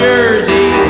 Jersey